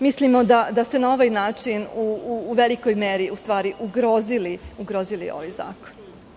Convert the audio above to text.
Mislimo da ste na ovaj način u velikoj meri ugrozili ovaj zakon.